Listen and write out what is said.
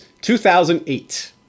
2008